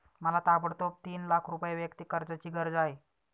मला ताबडतोब तीन लाख रुपये वैयक्तिक कर्जाची गरज आहे